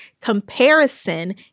comparison